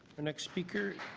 next speaker.